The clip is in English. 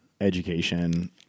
education